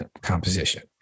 composition